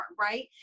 Right